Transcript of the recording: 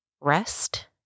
rest